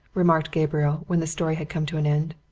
remarked gabriel, when the story had come to an end.